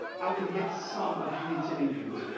i can get some of you into england.